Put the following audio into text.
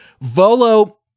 Volo